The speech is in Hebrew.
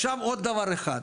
עכשיו עוד דבר אחד,